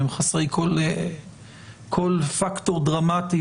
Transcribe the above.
הם חסרי כל פקטור דרמטי